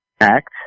act